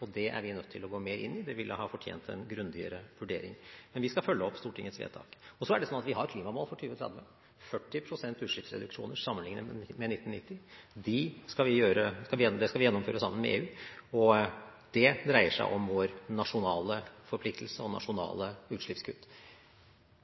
grad. Det er vi nødt til å gå mer inn i, det ville ha fortjent en grundigere vurdering. Men vi skal følge opp Stortingets vedtak. Så er det sånn at vi har klimamål for 2030 – 40 pst. utslippsreduksjoner sammenlignet med 1990. Det skal vi gjennomføre sammen med EU, og det dreier seg om vår nasjonale forpliktelse og nasjonale utslippskutt.